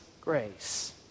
grace